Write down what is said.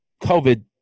COVID